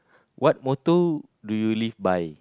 what motto do you live by